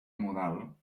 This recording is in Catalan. modal